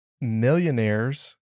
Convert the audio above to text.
millionaires